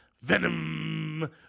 Venom